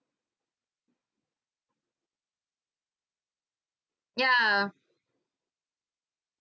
ya